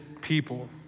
people